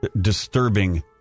disturbing